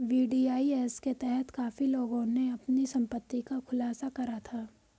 VDIS के तहत काफी लोगों ने अपनी संपत्ति का खुलासा करा था